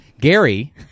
Gary